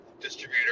distributor